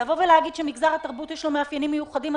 נכון שלמגזר התרבות יש מאפיינים מיוחדים,